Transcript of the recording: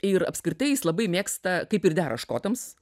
ir apskritai jis labai mėgsta kaip ir dera škotams